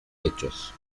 hechos